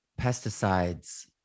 pesticides